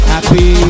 Happy